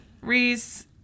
reese